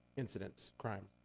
incidents, crime.